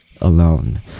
alone